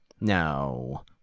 no